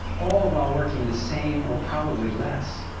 all while working the same or propably less.